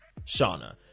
Shauna